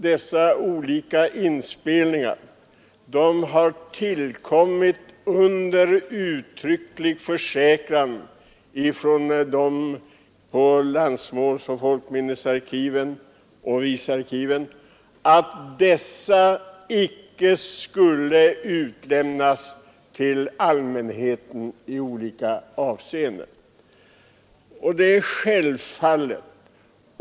Dessa inspelningar har tillkommit under uttrycklig försäkran av ansvariga på landsmålsoch folkminnesarkiven och svenskt visarkiv att de inte skall utlämnas till allmänheten utan uppgiftslämnarnas samtycke.